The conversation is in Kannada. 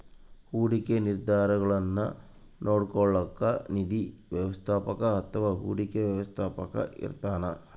ಹೂಡಿಕೆ ನಿರ್ಧಾರಗುಳ್ನ ನೋಡ್ಕೋಳೋಕ್ಕ ನಿಧಿ ವ್ಯವಸ್ಥಾಪಕ ಅಥವಾ ಹೂಡಿಕೆ ವ್ಯವಸ್ಥಾಪಕ ಇರ್ತಾನ